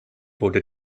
wurde